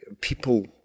people